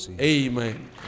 Amen